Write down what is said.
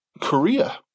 korea